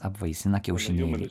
apvaisina kiaušinėlį